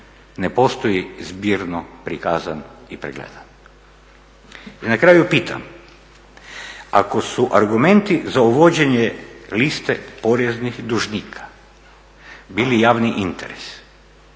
ne postoji zbirno prikazan i pregledan. I na kraju pitam ako su argumenti za uvođenje liste poreznih dužnika bili javni interes